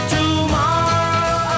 Tomorrow